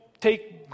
take